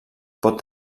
pot